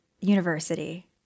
university